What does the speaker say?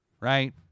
right